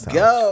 go